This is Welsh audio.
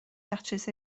datrys